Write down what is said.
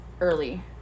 early